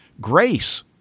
Grace